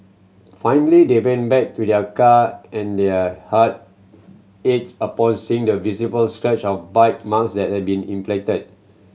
finally they went back to their car and their heart ached upon seeing the visible scratch of bite marks that had been inflicted